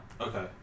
Okay